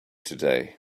today